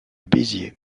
béziers